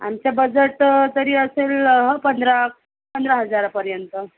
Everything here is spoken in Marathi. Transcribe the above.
आमचा बजट तरी असेल पंधरा पंधरा हजारापर्यंत